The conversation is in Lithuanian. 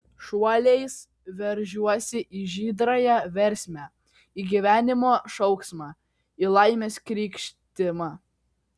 šuoliais veržiuosi į žydrąją versmę į gyvenimo šauksmą į laimės krykštimą